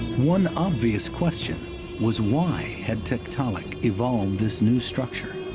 one obvious question was, why had tiktaalik evolved this new structure?